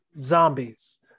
Zombies